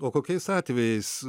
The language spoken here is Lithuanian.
o kokiais atvejais